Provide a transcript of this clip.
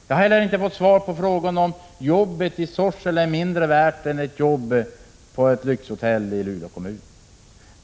Jag har heller inte fått svar på frågan om ett jobb i Sorsele är mindre värt än ett jobb på ett lyxhotell i Luleå kommun.